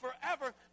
forever